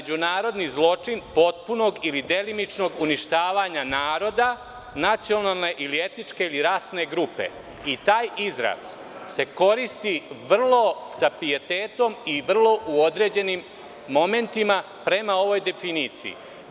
Međunarodni zločin potpunog ili delimičnog uništavanja naroda nacionalne ili etničke ili rasne grupe i taj izraz se koristi sa pijetetom i u određenim momentima prema ovoj definiciji.